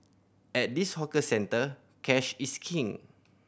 at this hawker centre cash is king